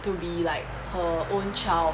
to be like her own child